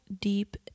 Deep